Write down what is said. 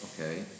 okay